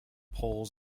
poles